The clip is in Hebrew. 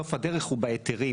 סוף הדרך הוא בהיתרים,